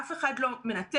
אף אחד לא מנטר.